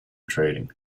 trading